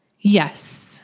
Yes